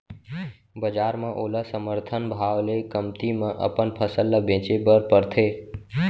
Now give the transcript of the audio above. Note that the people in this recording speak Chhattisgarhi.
बजार म ओला समरथन भाव ले कमती म अपन फसल ल बेचे बर परथे